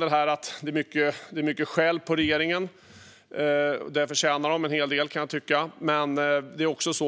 får mycket skäll. Jag kan tycka att den förtjänar en hel del av det.